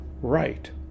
Right